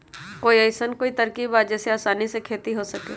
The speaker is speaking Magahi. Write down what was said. कोई अइसन कोई तरकीब बा जेसे आसानी से खेती हो सके?